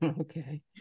Okay